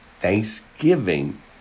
thanksgiving